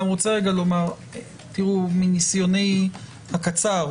מניסיוני הקצר,